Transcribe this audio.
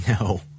No